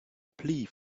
plea